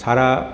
সারা